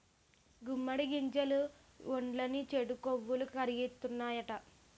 గుమ్మడి గింజలు ఒంట్లోని చెడు కొవ్వుని కరిగిత్తాయట